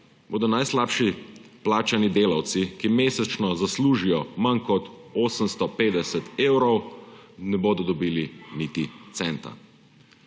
bodo najslabše plačani delavci, ki mesečno zaslužijo manj kot 850 evrov, ti ne bodo dobili niti centa.